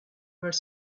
were